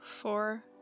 four